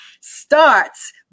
starts